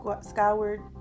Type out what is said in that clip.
scoured